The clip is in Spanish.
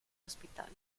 hospital